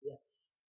YES